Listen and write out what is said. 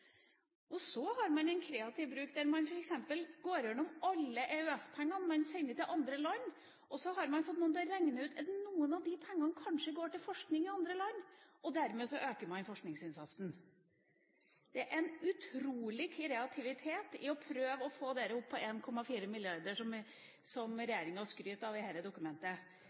Så har man en kreativ bruk der man f.eks. går igjennom alle EØS-pengene man sender til andre land, og så har man fått noen til å regne ut at noen av de pengene kanskje går til forskning i andre land, og dermed øker man forskningsinnsatsen. Det ligger en utrolig kreativitet i å prøve å få dette opp på 1.4 mrd. kr, som regjeringa skryter av i dette dokumentet.